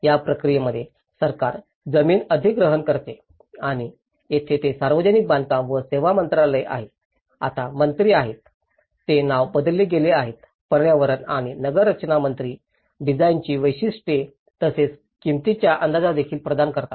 या प्रक्रियेमध्ये सरकार जमीन अधिग्रहण करते आणि येथे ते सार्वजनिक बांधकाम व सेवा मंत्रालय आहे आता मंत्री आहेत हे नाव बदलले गेले आहे पर्यावरण आणि नगररचना मंत्री डिझाइनची वैशिष्ट्ये तसेच किंमतींचा अंदाजदेखील प्रदान करतात